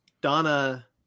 Donna